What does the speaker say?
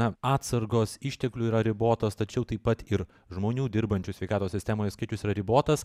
na atsargos išteklių yra ribotos tačiau taip pat ir žmonių dirbančių sveikatos sistemoje skaičius yra ribotas